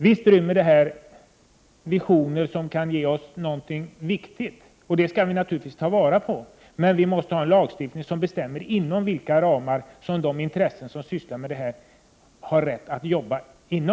Visst rymmer detta fält visioner som kan ge oss någonting viktigt, och dem skall vi naturligtvis ta vara på, men vi måste också ha en lagstiftning som bestämmer inom vilka ramar de som sysslar med detta har rätt att arbeta!